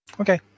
Okay